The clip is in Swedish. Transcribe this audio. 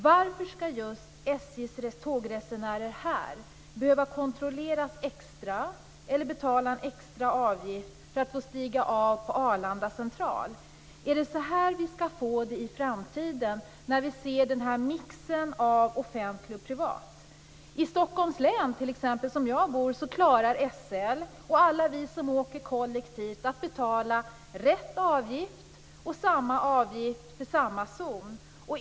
Varför skall just SJ:s tågresenärer här behöva kontrolleras extra eller betala en extra avgift för att få stiga av på Arlanda central? Är det så här vi skall få det i framtiden, när vi ser den här mixen av offentligt och privat? I Stockholms län, där jag bor, klarar alla vi som åker kollektivt med SL att betala rätt avgift och samma avgift för samma zon.